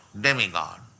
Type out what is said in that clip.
demigod